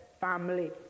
family